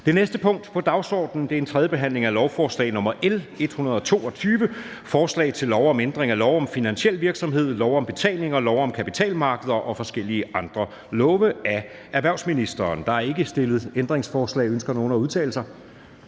Det næste punkt på dagsordenen er: 4) 3. behandling af lovforslag nr. L 122: Forslag til lov om ændring af lov om finansiel virksomhed, lov om betalinger, lov om kapitalmarkeder og forskellige andre love. (Tilsyn efter forordning om digital operationel